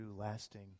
lasting